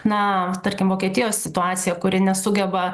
na tarkim vokietijos situaciją kuri nesugeba